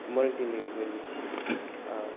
multi language